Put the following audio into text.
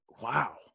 Wow